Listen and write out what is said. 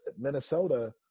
Minnesota